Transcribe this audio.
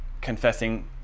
confessing